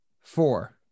Four